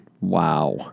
wow